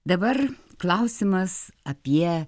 dabar klausimas apie